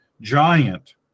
giant